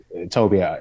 Toby